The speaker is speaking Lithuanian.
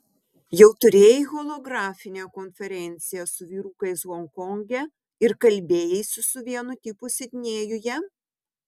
jau turėjai holografinę konferenciją su vyrukais honkonge ir kalbėjaisi su vienu tipu sidnėjuje